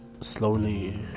slowly